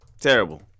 Terrible